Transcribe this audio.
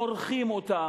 מורחים אותם.